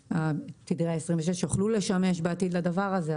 תדרי ה-26 יוכלו לשמש בעתיד לדבר הזה,